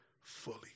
fully